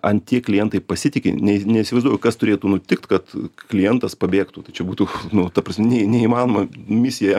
an tiek klientai pasitiki nei neįsivaizduoju kas turėtų nutikt kad klientas pabėgtų tai čia būtų nu ta prasme ne neįmanoma misija